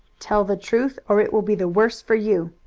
tell the truth, or it will be the worse for you!